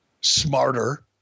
smarter